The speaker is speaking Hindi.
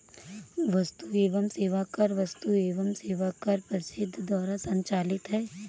वस्तु एवं सेवा कर वस्तु एवं सेवा कर परिषद द्वारा संचालित है